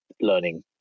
learning